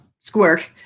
squirk